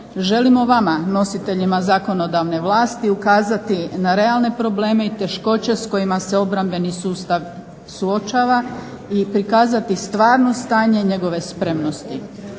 Želimo vama, nositeljima zakonodavne vlasti ukazati na realne probleme i teškoće s kojima se obrambeni sustav suočava i prikazati stvarno stanje njegove spremnosti.